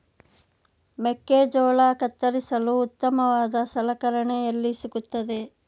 ಮೆಕ್ಕೆಜೋಳ ಕತ್ತರಿಸಲು ಉತ್ತಮವಾದ ಸಲಕರಣೆ ಎಲ್ಲಿ ಸಿಗುತ್ತದೆ?